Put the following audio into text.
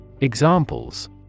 Examples